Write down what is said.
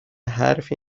حرفی